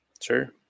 Sure